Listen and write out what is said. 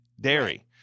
dairy